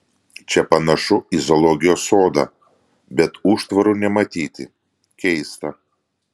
čia panašu į zoologijos sodą bet užtvarų nematyti keista